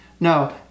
No